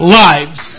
lives